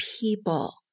people